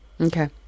okay